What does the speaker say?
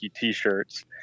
T-shirts